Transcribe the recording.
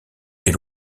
est